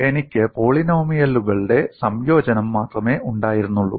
എനിക്ക് പോളിനോമിയലുകളുടെ സംയോജനം മാത്രമേ ഉണ്ടായിരുന്നുള്ളൂ